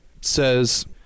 says